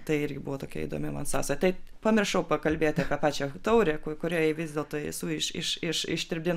tai irgi buvo tokia įdomi man sąsaja tai pamiršau pakalbėti apie pačią taurę kurią vis dėlto esu iš iš ištirpdinus